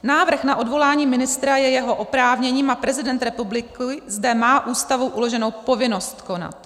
Návrh na odvolání ministra je jeho oprávněním a prezident republiky zde má Ústavou uloženou povinnost konat.